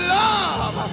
love